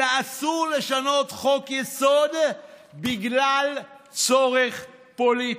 אלא אסור לשנות חוק-יסוד בגלל צורך פוליטי.